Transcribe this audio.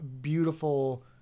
beautiful